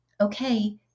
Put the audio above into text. okay